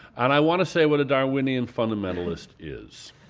and i want to say what a darwinian fundamentalist is.